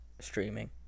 streaming